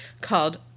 called